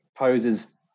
poses